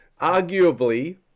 arguably